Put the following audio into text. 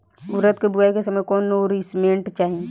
उरद के बुआई के समय कौन नौरिश्मेंट चाही?